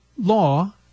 law